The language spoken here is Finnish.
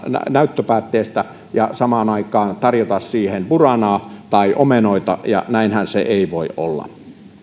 näyttöpäätteistä ja samaan aikaan tarjota buranaa tai omenoita ja näinhän se ei voi olla